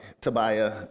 Tobiah